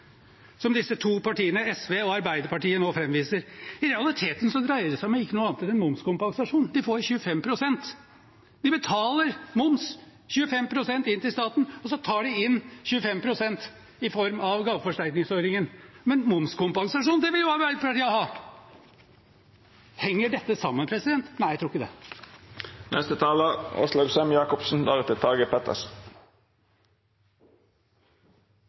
som disse to partiene, SV og Arbeiderpartiet, nå framviser. I realiteten dreier det seg ikke om noe annet enn en momskompensasjon: De får jo 25 pst. De betaler moms, 25 pst., inn til staten, og så tar de inn 25 pst. i form av gaveforsterkningsordningen. Men momskompensasjon, det vil jo Arbeiderpartiet ha. Henger dette sammen? Nei, jeg tror ikke